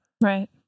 right